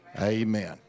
Amen